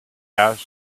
asked